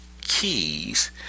keys